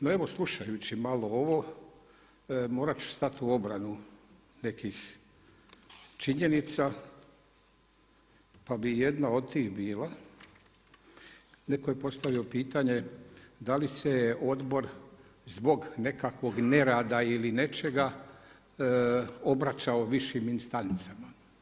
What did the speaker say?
No evo slušajući malo ovo morati ću stati u obranu nekih činjenica pa bi jedna od tih bila, netko je postavio pitanje da li se je odbor zbog nekakvog nerada ili nečega obraćao višim instancama.